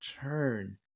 turn